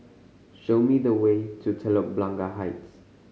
show me the way to Telok Blangah Heights